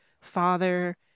father